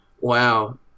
Wow